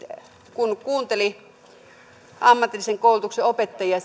kun kuunteli ammatillisen koulutuksen opettajia